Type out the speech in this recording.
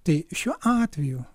tai šiuo atveju